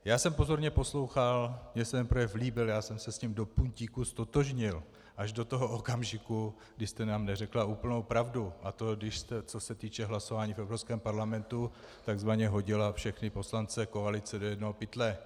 Já jsem pozorně poslouchal, mně se ten projev líbil, já jsem se s ním do puntíku ztotožnil až do toho okamžiku, kdy jste nám neřekla úplnou pravdu, a to když jste, co se týče hlasování v Evropském parlamentu, tzv. hodila všechny poslance koalice do jednoho pytle.